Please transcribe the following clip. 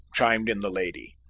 chimed in the lady.